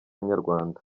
nyarwanda